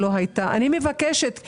אני מבקשת,